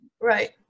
Right